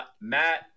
Matt